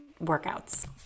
workouts